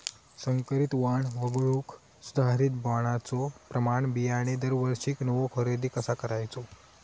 संकरित वाण वगळुक सुधारित वाणाचो प्रमाण बियाणे दरवर्षीक नवो खरेदी कसा करायचो?